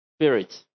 spirit